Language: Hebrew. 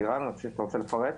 אלירן, אתה רוצה לפרט?